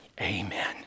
amen